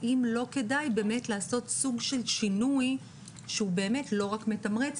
האם לא כדאי באמת לעשות סוג של שינוי שהוא באמת לא רק מתמרץ,